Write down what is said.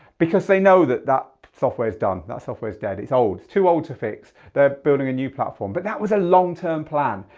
because they know that that software is done. that software is dead, it's old. it's too old to fix. they're building a new platfrom but that was a long term plan.